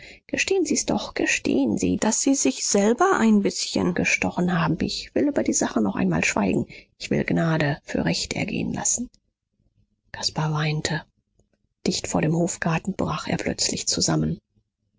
gestehen sie's doch gestehen sie daß sie sich selber ein bißchen gestochen haben ich will über die sache noch einmal schweigen ich will gnade für recht ergehen lassen caspar weinte dicht vor dem hofgarten brach er plötzlich zusammen